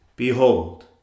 Behold